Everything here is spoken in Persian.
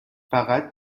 فقط